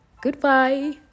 Goodbye